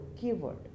keyword